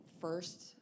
first